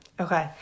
Okay